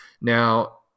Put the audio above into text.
Now